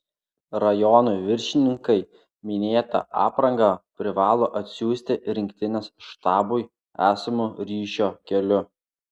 rajonų viršininkai minėtą aprangą privalo atsiųsti rinktinės štabui esamu ryšio keliu